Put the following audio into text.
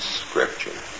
scripture